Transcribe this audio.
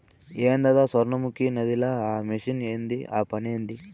ఏందద సొర్ణముఖి నదిల ఆ మెషిన్ ఏంది ఆ పనేంది